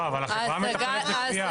לא, אבל החברה מתכננת את התביעה.